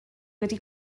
wedi